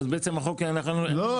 אז אנחנו לא --- לא,